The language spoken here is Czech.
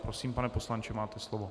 Prosím, pane poslanče, máte slovo.